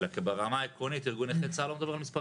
אלא כי ברמה העקרונית ארגון נכי